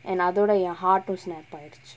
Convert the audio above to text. and அதோட என்:athoda en heart uh snap ஆயிடிச்சு:aayidichu